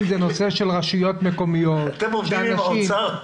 אם זה נושא של רשויות מקומיות --- אתם עובדים עם האוצר?